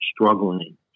struggling